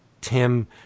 tim